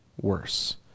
worse